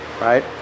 Right